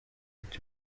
ati